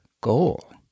goal